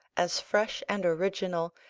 as fresh and original,